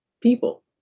people